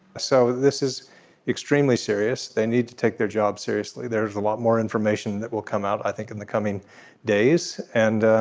so this is extremely serious. they need to take their job seriously. there is a lot more information that will come out i think in the coming days. and